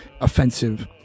offensive